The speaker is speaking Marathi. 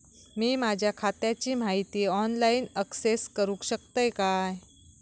मी माझ्या खात्याची माहिती ऑनलाईन अक्सेस करूक शकतय काय?